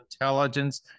intelligence